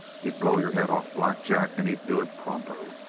he'd blow your head off, black jack and he'd do it pronto.